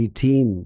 team